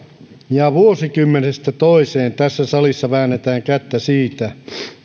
ja vuosikymmenestä toiseen tässä salissa väännetään kättä siitä